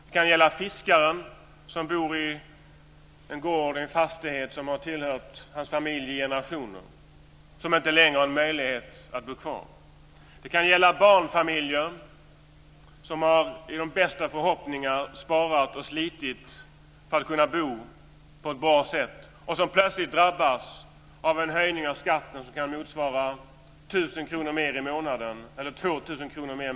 Det kan gälla fiskaren som bor på en gård och fastighet som har tillhört hans familj i generationer och som inte längre har möjlighet att bo kvar. Det kan gälla barnfamiljen som med de bästa förhoppningar har sparat och slitit för att kunna bo på ett bra sätt och som plötsligt drabbas av en höjning av skatten som kan motsvara 1 000 eller 2 000 kr i månaden.